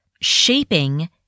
shaping